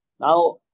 Now